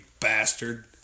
bastard